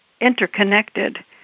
interconnected